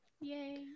Yay